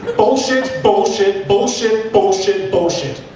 but bullshit, bullshit, bullshit, bullshit, bullshit.